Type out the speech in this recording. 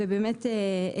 ובאמת הבאנו אותו פה.